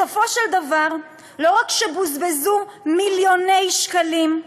בסופו של דבר, לא רק שבוזבזו מיליוני שקלים,